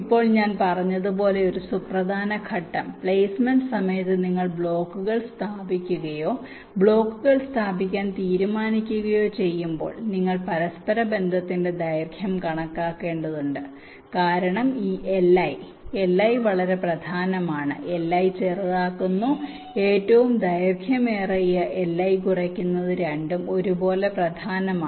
ഇപ്പോൾ ഞാൻ പറഞ്ഞതുപോലെ ഒരു സുപ്രധാന ഘട്ടം പ്ലേസ്മെന്റ് സമയത്ത് നിങ്ങൾ ബ്ലോക്കുകൾ സ്ഥാപിക്കുകയോ ബ്ലോക്കുകൾ സ്ഥാപിക്കാൻ തീരുമാനിക്കുകയോ ചെയ്യുമ്പോൾ നിങ്ങൾ പരസ്പരബന്ധത്തിന്റെ ദൈർഘ്യം കണക്കാക്കേണ്ടതുണ്ട് കാരണം ഈ Li Li വളരെ പ്രധാനമാണ് Li ചെറുതാക്കുന്നു ഏറ്റവും ദൈർഘ്യമേറിയ Li കുറയ്ക്കുന്നത് രണ്ടും ഒരുപോലെ പ്രധാനമാണ്